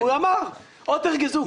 הוא אמר: אוטר גזוקט.